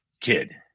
kid